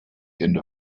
into